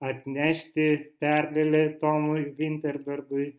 atnešti pergalę tomui vinterbergui